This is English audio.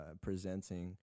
presenting